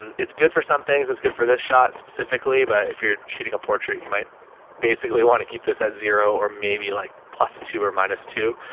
and it's good for some things. it's good for this shot specifically, but if you're shooting a portrait, you might basically want to keep this at zero or maybe like plus two or minus two.